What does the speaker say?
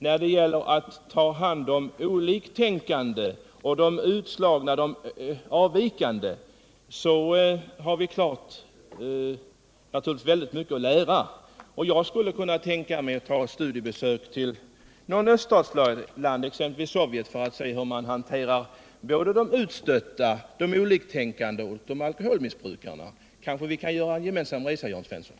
När det gäller att ta hand om de oliktänkande, om de utslagna och om de | avvikande, har vi naturligtvis mycket att lära. Jag skulle kunna tänka mig att göra ett studiebesök till någon öststat, t.ex. Sovjet, för att se hur man där hanterar både de utstötta, de oliktänkande och alkoholmissbrukarna. Kanske vi kan göra en gemensam resa, Jörn Svensson.